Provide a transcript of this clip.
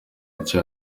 nshya